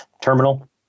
terminal